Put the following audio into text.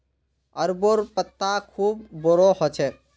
अरबोंर पत्ता खूब बोरो ह छेक